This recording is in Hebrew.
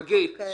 החקיקה.